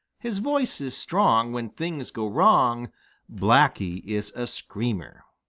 his voice is strong when things go wrong blacky is a screamer!